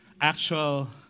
actual